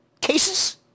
cases